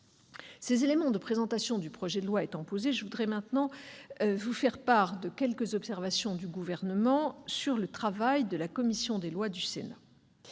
ces éléments de présentation du projet de loi étant posés, je vous ferai maintenant part de quelques observations du Gouvernement sur le travail de la commission des lois du Sénat.